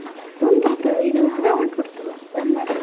ಮಾತಾಡಿ ಬಂದ್ ಆಯ್ತು ಇದು ಹಾಗೇ ಹೊರ್ಟ್ ಬಿಡುತ್ತಲ ಬಂದ್ ಮಾಡಿರಿ